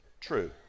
true